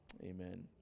amen